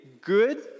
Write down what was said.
good